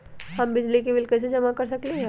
हम बिजली के बिल कईसे जमा कर सकली ह?